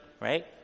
right